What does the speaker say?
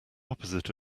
opposite